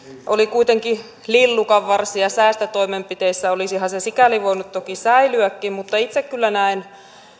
oli kuitenkin lillukanvarsia säästötoimenpiteissä olisihan se sikäli voinut toki säilyäkin mutta itse kyllä näen